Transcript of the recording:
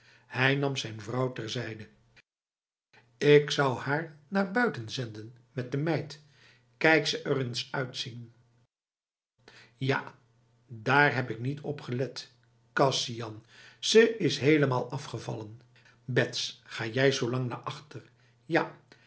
hij nam zijn vrouw terzijde ik zou haar naar buiten zenden met de meid kijk ze er eens uitzien ja daar heb ik niet op gelet kasian ze is helemaal afgevallen bets ga jij zolang naar achter ja